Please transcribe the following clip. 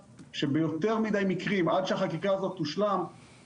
שביותר מדי מקרים עד שהחקיקה הזאת תושלם,